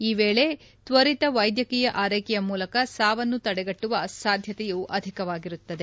ಈ ವೇಳೆ ತ್ವರಿತ ವೈದ್ಯಕೀಯ ಆರೈಕೆಯ ಮೂಲಕ ಸಾವನ್ನು ತಡೆಗಟ್ಟುವ ಸಾಧ್ಯತೆಯು ಅತ್ಯಧಿಕವಾಗಿದೆ